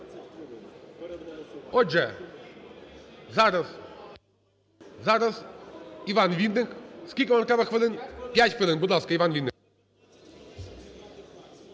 Отже, зараз ІванВінник. Скільки вам треба хвилин? П'ять хвилин. Будь ласка, ІванВінник.